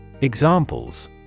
Examples